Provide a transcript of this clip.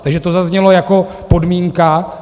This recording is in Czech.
Takže to zaznělo jako podmínka.